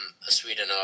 Sweden